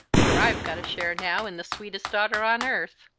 for i've got a share now in the sweetest daughter on earth!